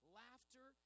laughter